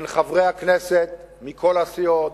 מה שהיה פה הוא שיתוף פעולה נפלא בין חברי הכנסת מכל הסיעות,